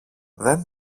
δεν